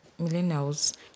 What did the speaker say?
millennials